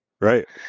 Right